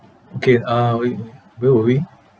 okay uh we where were we